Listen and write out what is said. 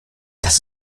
das